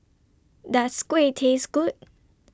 Does Kuih Taste Good